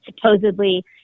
supposedly